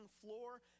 floor